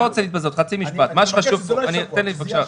חצי משפט --- לא עוד שבוע אלא השבוע.